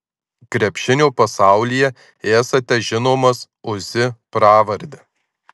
krepšinio pasaulyje esate žinomas uzi pravarde